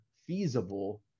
feasible